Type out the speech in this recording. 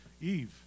Eve